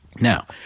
Now